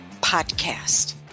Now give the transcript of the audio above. podcast